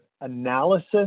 analysis